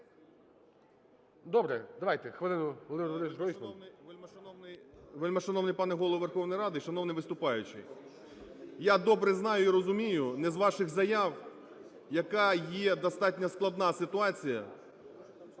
Добре, давайте. Хвилина,